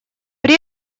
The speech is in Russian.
при